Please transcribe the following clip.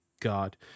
God